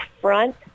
front